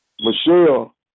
Michelle